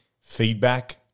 feedback